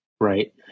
right